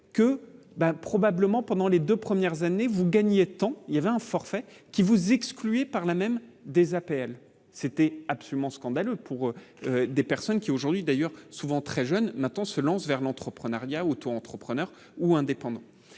ben probablement pendant les 2 premières années, vous gagnez tant il y avait un forfait qui vous excluez par là même des appels, c'était absolument scandaleux pour des personnes qui, aujourd'hui, d'ailleurs, souvent très jeunes, maintenant se lance vers l'entreprenariat auto-entrepreneur ou indépendants